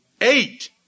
Eight